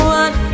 one